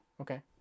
okay